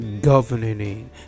governing